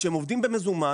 כשהם עובדים במזומן,